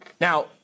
Now